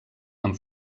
amb